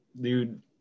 dude